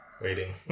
waiting